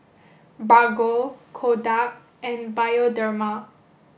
Bargo Kodak and Bioderma